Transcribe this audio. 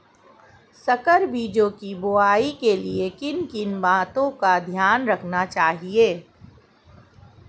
संकर बीजों की बुआई के लिए किन किन बातों का ध्यान रखना चाहिए?